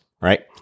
right